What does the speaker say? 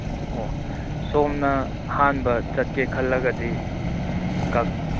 ꯑꯣ ꯁꯣꯝꯅ ꯑꯍꯥꯟꯕ ꯆꯠꯀꯦ ꯈꯜꯂꯒꯗꯤ